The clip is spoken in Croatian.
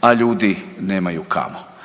a ljudi nemaju kamo.